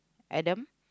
Adam